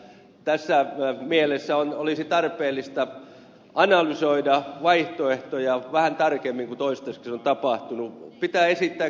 tässä mielessä olisi tarpeellista analysoida vaihtoehtoja vähän tarkemmin kuin toistaiseksi on tapahtunut